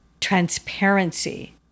transparency